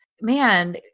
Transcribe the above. man